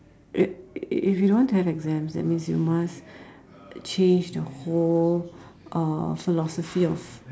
if if you don't want to have exams that means you must change the whole uh philosophy of